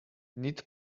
neat